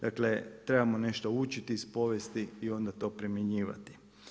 Dakle, trebamo nešto učiti iz povijesti i onda to primjenjivati.